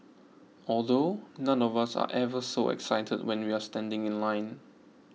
although none of us are ever so excited when we're standing in line